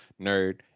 nerd